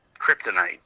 kryptonite